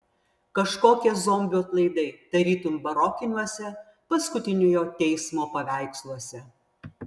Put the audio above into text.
kažkokie zombių atlaidai tarytum barokiniuose paskutiniojo teismo paveiksluose